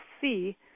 see